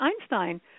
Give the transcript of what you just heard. Einstein